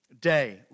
day